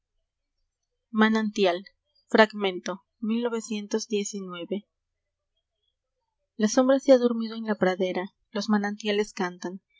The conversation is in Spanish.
fragmento a sombra se ha dormido en la pradera los manantiales cantan